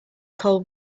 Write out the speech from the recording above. cold